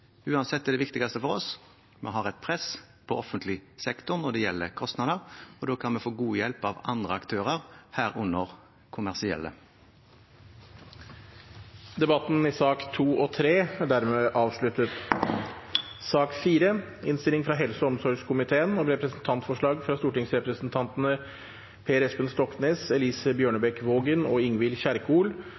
Uansett er det viktigste for oss: Vi har et press på offentlig sektor når det gjelder kostnader, og da kan vi få god hjelp av andre aktører, herunder kommersielle. Flere har ikke bedt om ordet til sakene nr. 2 og 3. Etter ønske fra helse- og omsorgskomiteen vil presidenten foreslå at taletiden blir begrenset til 3 minutter til hver partigruppe og